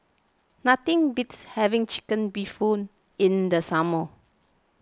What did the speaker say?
nothing beats having Chicken Bee Hoon in the summer